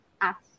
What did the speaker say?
ask